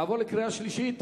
לעבור לקריאה השלישית?